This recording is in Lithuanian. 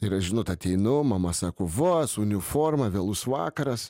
ir aš žinot ateinu mama sako va su uniforma vėlus vakaras